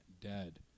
dead